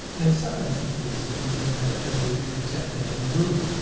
and in some instances, and i don't know if you do the same thing, but in movies,